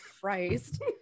christ